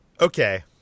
okay